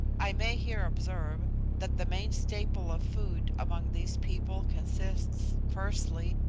i may here observe that the main staple of food among these people consists firstly,